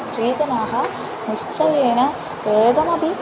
स्त्रीजनाः निश्चयेन एकमपि